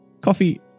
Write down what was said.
coffee